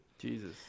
Jesus